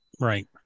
Right